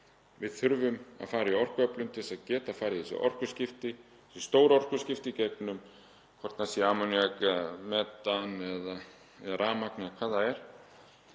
Við þurfum að fara í orkuöflun til að geta farið í þessi orkuskipti, þessi stóru orkuskipti, í gegnum hvort sem það er ammoníak eða metan eða rafmagn eða hvað það er.